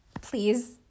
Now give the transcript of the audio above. please